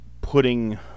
putting